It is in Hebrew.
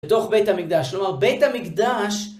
בתוך בית המקדש, כלומר בית המקדש